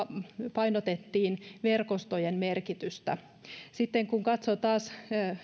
painotettiin verkostojen merkitystä sitten kun katsoo taas